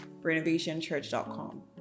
renovationchurch.com